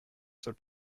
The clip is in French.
seul